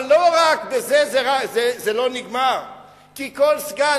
אבל בזה זה לא נגמר כי כל סגן,